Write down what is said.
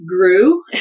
grew